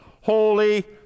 Holy